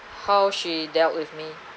how she dealt with me